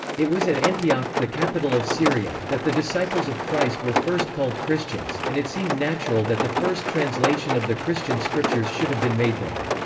it was at antioch, the capital of syria, that the disciples of christ were first called christians, and it seemed natural that the first translation of the christian scriptures should have been made there.